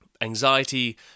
Anxiety